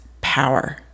power